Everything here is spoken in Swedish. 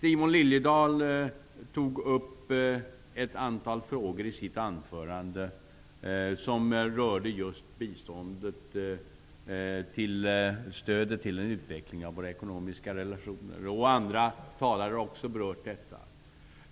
Simon Liliedahl tog upp ett antal frågor i sitt anförande som rörde just biståndet och stödet för en utveckling av våra ekonomiska relationer. Andra talare har också berört detta.